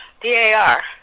D-A-R